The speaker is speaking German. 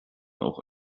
auch